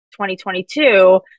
2022